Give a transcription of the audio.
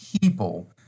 people